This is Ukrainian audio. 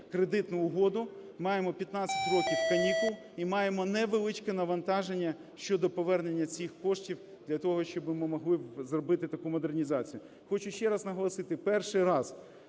кредитну угоду, маємо 15 років канікул і маємо невеличке навантаження щодо повернення цих коштів для того, щоб ми могли зробити таку модернізацію. Хочу ще раз наголосити, перший раз,